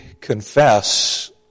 confess